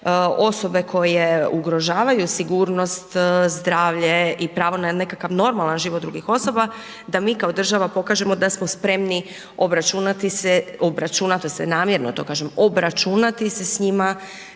osobe koje ugrožavaju sigurnost, zdravlje i pravo na nekakav normalan život drugih osoba da mi kao država pokažemo da smo spremni obračunati si, obračunati se namjerno to kažem, obračunati se s njima